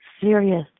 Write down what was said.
serious